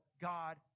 God